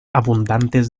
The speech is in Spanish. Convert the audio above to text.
abundantes